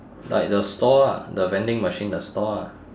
like the store ah the vending machine the store ah